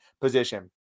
position